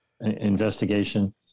investigation